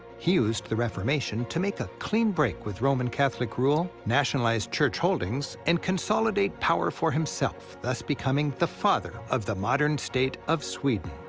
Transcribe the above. he used the reformation to make a clean break with roman catholic rule, nationalize church holdings, and consolidate power for himself thus becoming the father of the modern state of sweden.